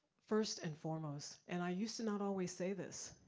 first and foremost, and i used to not always say this,